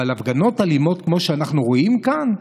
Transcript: אבל הפגנות אלימות כמו שאנחנו רואים כאן,